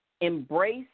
Embrace